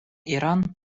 иран